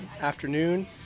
afternoon